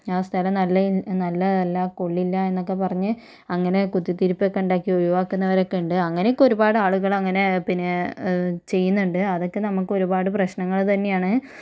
ആ സ്ഥലം നല്ല അല്ല കൊള്ളില്ലാന്നൊക്കെ പറഞ്ഞു അങ്ങനെ കുത്തിത്തിരിപ്പൊക്കെ ഉണ്ടാക്കി ഒഴിവാക്കുന്നവരൊക്കെ ഉണ്ട് അങ്ങനെക്കെ ഒരുപാട് ആളുകള് അങ്ങനെ പിന്നെ ചെയ്യുന്നുണ്ട് അതൊക്കെ നമുക്ക് ഒരുപാട് പ്രശ്നങ്ങള് തന്നെയാണ്